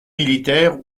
militaires